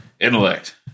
Intellect